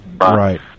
right